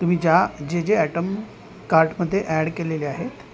तुम्ही ज्या जे जे ॲटम कार्टमध्ये ॲड केलेले आहेत